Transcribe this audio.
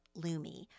Lumi